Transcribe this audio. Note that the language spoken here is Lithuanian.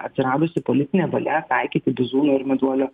atsiradusi politinė valia taikyti bizūno ir meduolio